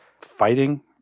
fighting